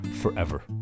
forever